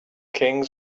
kings